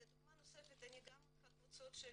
דוגמה נוספת אני גם מנחה קבוצות של